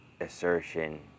assertion